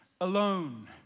alone